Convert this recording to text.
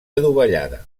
adovellada